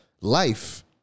life